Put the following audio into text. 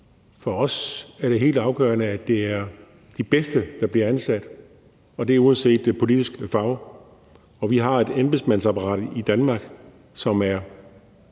For os er det helt afgørende, at det er de bedste, der bliver ansat, og det er uanset politisk farve, og at vi har et embedsværk i Danmark, som er